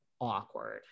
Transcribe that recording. awkward